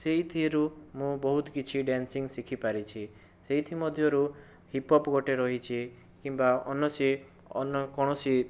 ସେହିଥିରୁ ମୁଁ ବହୁତ କିଛି ଡ୍ୟାସିଂ ଶିଖିପାରିଛି ସେଇଥି ମଧ୍ୟରୁ ହିପପ୍ ଗୋଟିଏ ରହିଛି କିମ୍ବା ଅନସି ଅନ୍ୟ କୌଣସି